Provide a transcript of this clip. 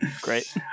Great